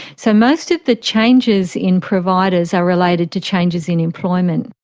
so most of the changes in providers are related to changes in employment.